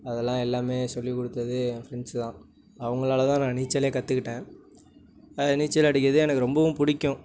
அதெல்லாம் எல்லாமே சொல்லி கொடுத்தது என் ஃப்ரெண்ட்ஸ் தான் அவங்களால்தான் நான் நீச்சலே கற்றுக்கிட்டேன் நீச்சல் அடிக்கிறது எனக்கு ரொம்பவும் பிடிக்கும்